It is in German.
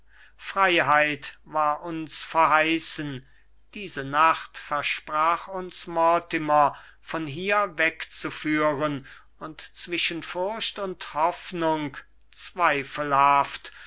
freiheit war uns verheißen diese nacht versprach uns mortimer von hier wegzuführen und zwischen furcht und hoffnung zweifelhaft